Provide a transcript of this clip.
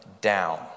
down